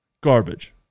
garbage